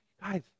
guys